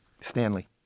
Stanley